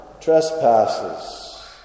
trespasses